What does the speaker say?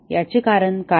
याचे कारण काय आहे